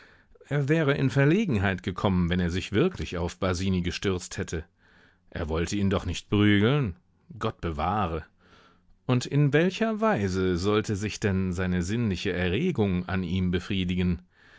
er wäre in verlegenheit gekommen wenn er sich wirklich auf basini gestürzt hätte er wollte ihn doch nicht prügeln gott bewahre und in welcher weise sollte sich denn seine sinnliche erregung an ihm befriedigen